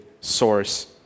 source